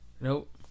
Nope